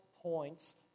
points